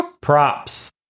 props